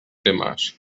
temes